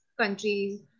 countries